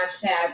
hashtag